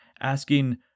asking